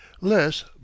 less